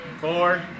four